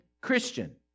Christian